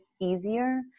easier